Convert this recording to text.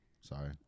Sorry